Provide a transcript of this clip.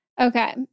okay